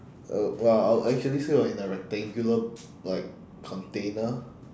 uh well I would actually say we're in a rectangular like container